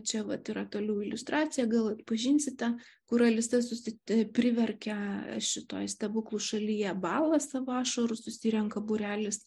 čia vat yra toliau iliustracija gal atpažinsite kur alisa susi priverkia šitoj stebuklų šalyje baudą savo ašarų susirenka būrelis